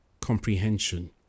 comprehension